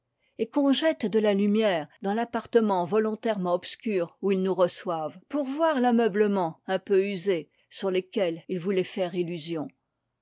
et qu'on jette de la lumière dans l'appartement volontairement obscur où ils nous reçoivent pour voir l'ameublement un peu usé sur lequel ils voulaient faire illusion